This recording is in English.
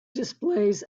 displays